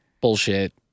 bullshit